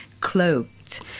cloaked